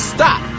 Stop